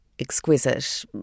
exquisite